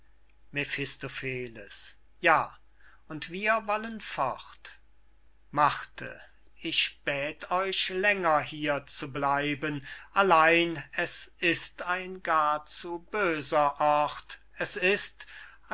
mephistopheles ja und wir wollen fort ich bät euch länger hier zu bleiben allein es ist ein gar zu böser ort es ist